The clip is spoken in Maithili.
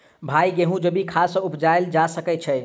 भाई गेंहूँ जैविक खाद सँ उपजाल जा सकै छैय?